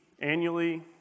annually